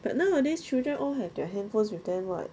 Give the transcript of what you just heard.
but nowadays children all have their handphones with them [what]